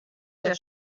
der